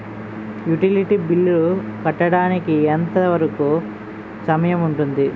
Utility bill కట్టడానికి ఎంత వరుకు సమయం ఉంటుంది?